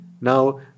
now